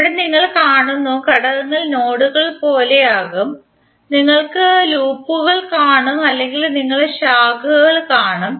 ഇവിടെ നിങ്ങൾ കാണുന്ന ഘടകങ്ങൾ നോഡുകൾ പോലെയാകും നിങ്ങൾ ലൂപ്പുകൾ കാണും അല്ലെങ്കിൽ നിങ്ങൾ ശാഖകൾ കാണും